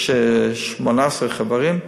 יש 18 חברים,